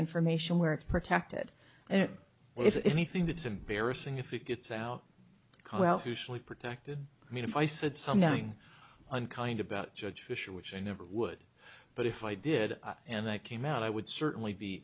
information where it's protected and if anything that's embarrassing if it gets out called out usually protected i mean if i said something unkind about judge fisher which i never would but if i did and i came out i would certainly be